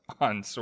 on